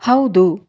ಹೌದು